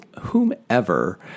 whomever